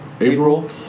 April